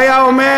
הוא היה אומר: